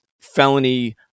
felony